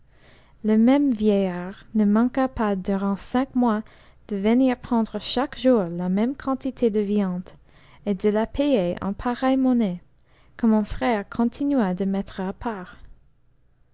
le même vieillard ne manqua pas durant cinq mois de venir prendre chaque jouf la même quantité de viande et de la payer en pareille mouuaie que mon frère continua de mettre à part